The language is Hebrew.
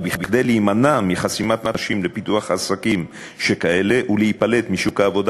וכדי להימנע מחסימת נשים מפיתוח עסקים שכאלה ומלהיפלט משוק העבודה